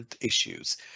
issues